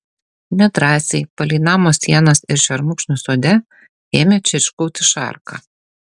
nedrąsiai palei namo sienas ir šermukšnius sode ėmė čirškauti šarka